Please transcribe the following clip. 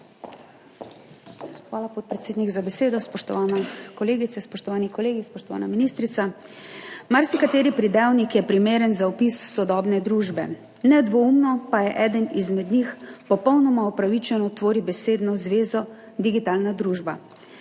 Hvala, podpredsednik, za besedo. Spoštovane kolegice, spoštovani kolegi, spoštovana ministrica! Marsikateri pridevnik je primeren za opis sodobne družbe, nedvoumno pa eden izmed njih popolnoma upravičeno tvori besedno zvezo digitalna družba.